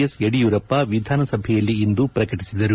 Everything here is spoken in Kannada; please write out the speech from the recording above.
ಎಸ್ ಯಡಿಯೂರಪ್ಪ ವಿಧಾನಸಭೆಯಲ್ಲಿಂದು ಪ್ರಕಟಿಸಿದರು